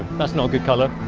that's not good color